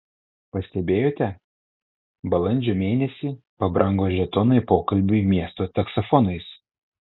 pastebėjote balandžio mėnesį pabrango žetonai pokalbiui miesto taksofonais